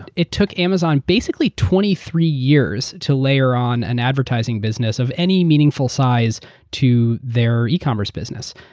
it it took amazon basically twenty three years to layer on an advertising business of any meaningful size to their ecommerce business.